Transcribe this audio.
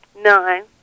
Nine